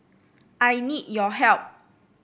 I need your help